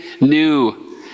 new